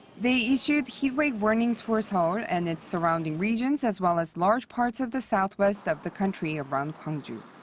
they issued heat wave warnings for seoul and its surrounding regions, as well as large parts of the southwest of the country around gwangju.